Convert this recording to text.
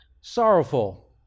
sorrowful